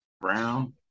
Brown